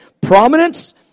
prominence